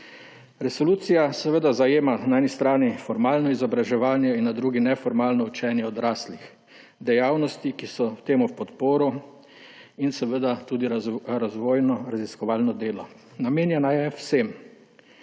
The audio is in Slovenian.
Resolucija zajema na eni strani formalno izobraževanje in na drugi neformalno učenje odraslih, dejavnosti, ki so temu v podporo, in tudi razvojno raziskovalno delo. Namenjena je vsem,